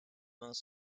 most